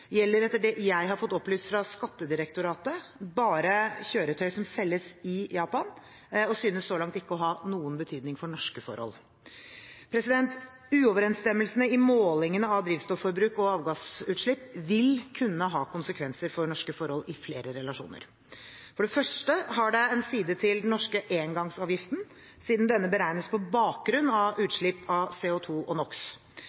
gjelder etter det jeg har fått opplyst fra Skattedirektoratet, bare kjøretøy som selges i Japan, og synes så langt ikke å ha noen betydning for norske forhold. Uoverensstemmelsene i målingene av drivstofforbruk og avgassutslipp vil kunne ha konsekvenser for norske forhold i flere relasjoner. For det første har det en side til den norske engangsavgiften, siden denne beregnes på bakgrunn av